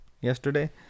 yesterday